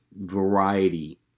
variety